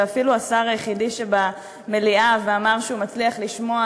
ואפילו השר היחיד שבמליאה ואמר שהוא מצליח לשמוע